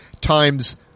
times